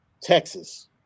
Texas